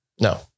No